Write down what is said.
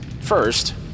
first